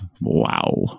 Wow